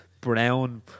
brown